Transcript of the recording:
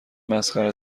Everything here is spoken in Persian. مسخره